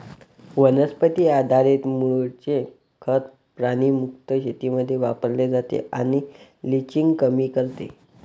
वनस्पती आधारित मूळचे खत प्राणी मुक्त शेतीमध्ये वापरले जाते आणि लिचिंग कमी करते